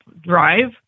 drive